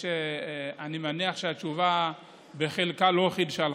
אני מניח שהתשובה בחלקה לא חידשה לך,